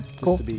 cool